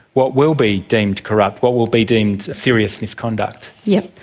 what will be deemed corrupt, what will be deemed serious misconduct. yes.